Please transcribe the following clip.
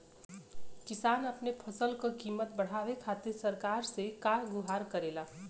किसान अपने फसल क कीमत बढ़ावे खातिर सरकार से का गुहार करेला?